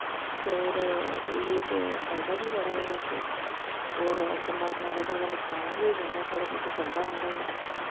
और एह्दे च फायदा बी बड़ा ऐ बैसे और अगर मरन लग्गन दां नुकसान बी होई जंदा ऐ थोह्ड़ा बौह्ता